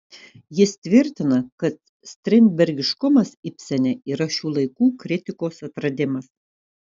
jis tvirtina kad strindbergiškumas ibsene yra šių laikų kritikos atradimas